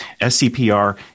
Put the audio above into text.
SCPR